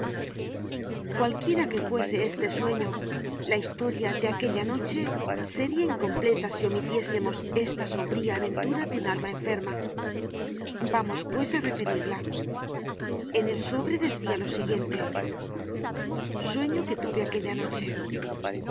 cualquiera que fuese este sueño la historia de aquella noche seria incompleta si omitiésemos esta sombría aventura de una alma enferma vamos pues á referirla en el sobre decia lo siguiente sueño que tuve aquella noche